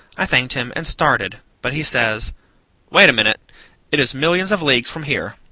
i thanked him and started but he says wait a minute it is millions of leagues from here.